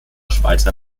schweizer